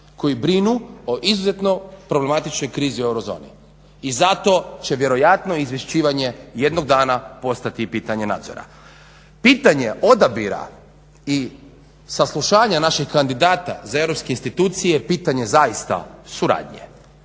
koji brinu o izuzetno problematičnoj krizi u euro zoni. I zato će vjerojatno izvješćivanje jednog dana postati i pitanje nadzora. Pitanje odabira i saslušanja naših kandidata za europske institucije je pitanje zaista suradnje